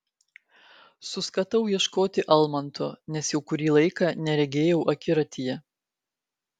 suskatau ieškoti almanto nes jau kurį laiką neregėjau akiratyje